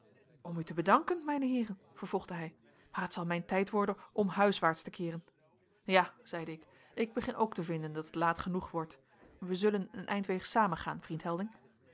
om u te bedanken mijne heeren vervolgde hij maar het zal mijn tijd worden om huiswaarts te keeren ja zeide ik ik begin ook te vinden dat het laat genoeg wordt wij zullen een eindweegs samen gaan vriend helding